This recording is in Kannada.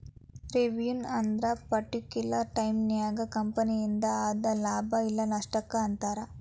ರೆವೆನ್ಯೂ ಅಂದ್ರ ಪರ್ಟಿಕ್ಯುಲರ್ ಟೈಮನ್ಯಾಗ ಕಂಪನಿಯಿಂದ ಆದ ಲಾಭ ಇಲ್ಲ ನಷ್ಟಕ್ಕ ಅಂತಾರ